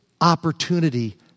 opportunity